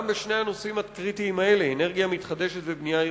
גם בשני הנושאים הקריטיים האלה: אנרגיה מתחדשת ובנייה ירוקה.